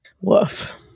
Woof